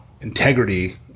integrity